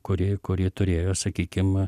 kuri kuri turėjo sakykim